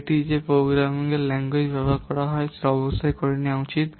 এটি যে programming language ব্যবহৃত হয় তা অবশ্যই বিবেচনায় নেওয়া উচিত